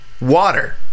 water